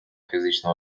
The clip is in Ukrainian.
фізична